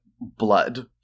blood